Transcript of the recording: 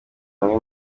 hamwe